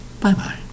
Bye-bye